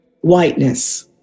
whiteness